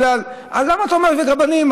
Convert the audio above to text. אז למה אתה אומר רבנים?